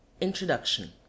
Introduction